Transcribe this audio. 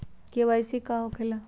KYC का हो के ला?